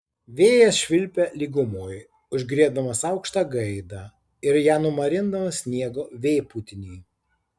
vėjas švilpia lygumoj užgriebdamas aukštą gaidą ir ją numarindamas sniego vėpūtiny